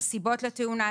הסיבות לתאונה,